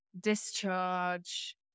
discharge